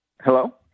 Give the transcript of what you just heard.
Hello